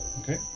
Okay